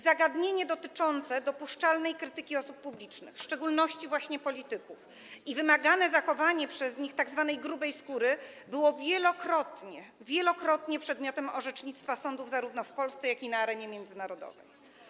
Zagadnienie dotyczące dopuszczalnej krytyki osób publicznych, w szczególności właśnie polityków, i wymagane zachowanie przez nich tzw. grubej skóry były wielokrotnie przedmiotem orzecznictwa sądów zarówno w Polsce, jak i na arenie międzynarodowej.